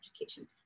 education